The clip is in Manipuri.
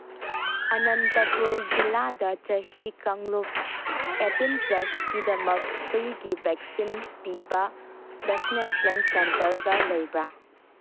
ꯑꯅꯟꯇꯄꯨꯔ ꯖꯤꯂꯥꯗ ꯆꯍꯤ ꯀꯥꯡꯂꯨꯞ ꯑꯩꯠꯇꯤꯟ ꯄ꯭ꯂꯁꯀꯤꯗꯃꯛ ꯐ꯭ꯔꯤꯒꯤ ꯚꯦꯛꯁꯤꯟ ꯄꯤꯕ ꯚꯦꯛꯁꯤꯅꯦꯁꯟ ꯁꯦꯟꯇꯔꯒ ꯂꯩꯕ꯭ꯔꯥ